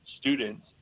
students